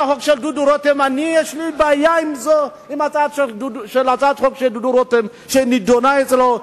אני, יש לי בעיה עם ההצעה הזאת, שנדונה אצלו.